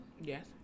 Yes